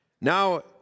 Now